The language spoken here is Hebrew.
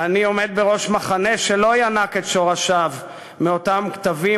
אני עומד בראש מחנה שלא ינק את שורשיו מאותם כתבים